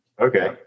okay